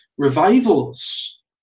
revivals